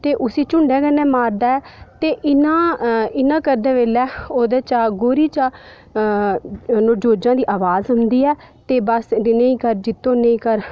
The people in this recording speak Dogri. ते उसी झुंडे कन्नै मारदा ऐ इं'या इं'या करदे बेल्लै ओह्दे चा कौड़ी चा नुहाड़ी जोजां दी अवाज़ औंदी ऐ ते बस जित्तो नेईं कर नेईं कर